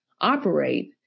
operate